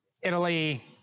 Italy